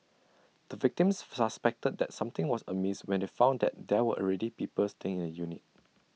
the victims suspected that something was amiss when they found that there were already people staying in the unit